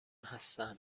هستم